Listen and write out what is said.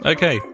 Okay